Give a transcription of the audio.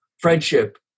friendship